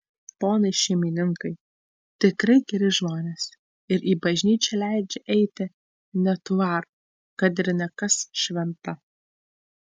ponai šeimininkai tikrai geri žmonės ir į bažnyčią leidžia eiti net varo kad ir ne kas šventą